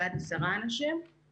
בעשרה אנשים לכל היותר.